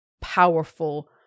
powerful